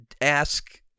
ask